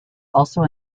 also